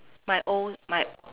my own my